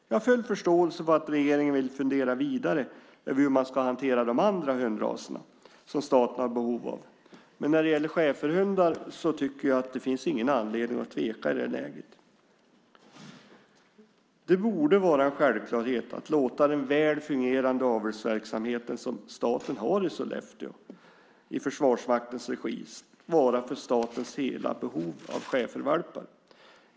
Jag har full förståelse för att regeringen vill fundera vidare på hur man ska hantera de andra hundraserna som staten har behov av, men när det gäller schäferhundar tycker jag inte att det finns någon anledning att tveka i det här läget. Det borde vara en självklarhet att låta den väl fungerande avelsverksamhet som staten har i Försvarsmaktens regi i Sollefteå svara för statens hela behov av schäfervalpar.